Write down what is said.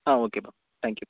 ஆ ஓகேப்பா thank you